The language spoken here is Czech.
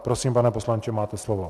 Prosím, pane poslanče, máte slovo.